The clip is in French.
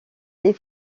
les